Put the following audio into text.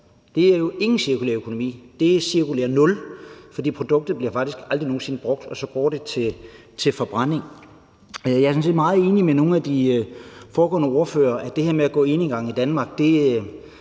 Det er jo ingen cirkulær økonomi, det er cirkulær nul, fordi produktet faktisk aldrig nogen sinde bliver brugt, og så går det til forbrænding. Jeg er sådan set meget enig med nogle af de foregående ordførere i, at det her med at gå enegang i Danmark får